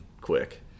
quick